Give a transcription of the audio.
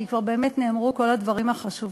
כי כבר באמת נאמרו כל הדברים החשובים.